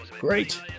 Great